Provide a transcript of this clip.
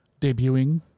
debuting